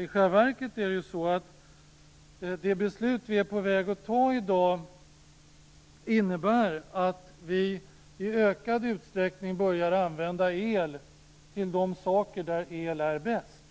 I själva verket innebär det beslut som vi är på väg att fatta i dag att vi i ökad utsträckning börjar använda el till de saker där el är bäst.